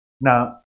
Now